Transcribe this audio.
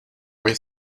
way